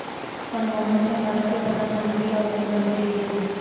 मनमोहन सिंह भारत के प्रधान मंत्री और वित्त मंत्री भी थे